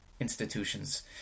Institutions